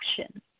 action